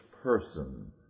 person